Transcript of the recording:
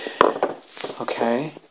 Okay